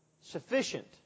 sufficient